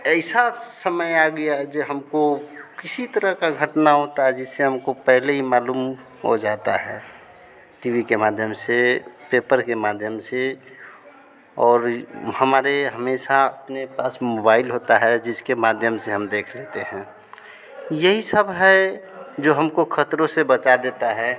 ऐसा समय आ गया है जो हमको किसी तरह का घटना होता है जैसे हमको पहले ही मालूम हो जाता है टी वी के माध्यम से पेपर के माध्यम से और हमारे हमेशा अपने पास मोबाइल होता है जिसके माध्यम से हम देख लेते हैं यही सब है जो हमको ख़तरों से बचा देता है